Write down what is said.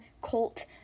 Colt